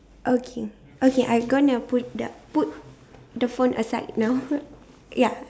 okay okay I'm gonna put the put the phone aside now ya